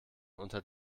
unter